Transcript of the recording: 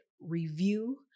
review